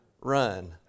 run